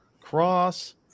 Cross